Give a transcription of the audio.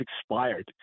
expired